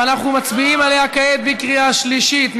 ואנחנו מצביעים עליה כעת בקריאה שלישית.